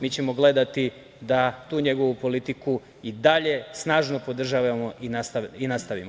Mi ćemo gledati da tu njegovu politiku i dalje snažno podržavamo i nastavimo.